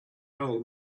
old